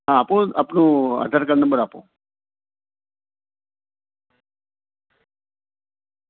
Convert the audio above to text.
હા આપો આપનું આધાર કાર્ડ નંબર આપો